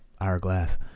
Hourglass